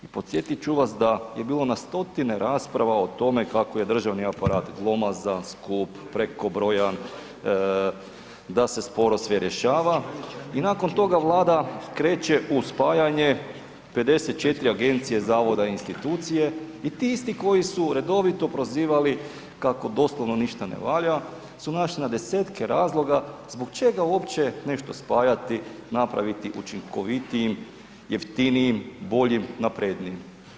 Podsjetit ću vas da je bilo na stotine rasprava o tome kako je državni aparat glomazan, skup, prekobrojan, da se sporo sve rješava i nakon toga Vlada kreće u spajanje 54 agencije, zavoda i institucije i ti isti koji su redovito prozivali kako doslovno ništa ne valja su našli na desetke razloga zbog čega uopće nešto spajati, napraviti učinkovitijim, jeftinijim, boljim, naprednijim.